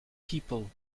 people